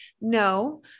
No